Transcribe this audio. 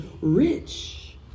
rich